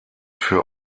für